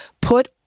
put